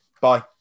Bye